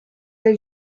the